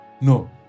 No